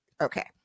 okay